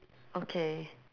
okay